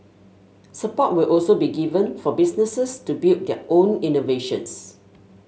support will also be given for businesses to build their own innovations